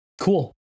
Cool